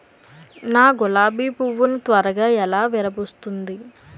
నా గులాబి పువ్వు ను త్వరగా ఎలా విరభుస్తుంది?